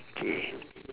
K